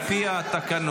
על פי התקנון,